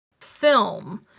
film